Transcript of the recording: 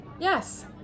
Yes